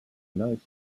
united